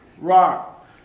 Rock